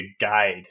guide